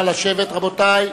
נא לשבת, רבותי.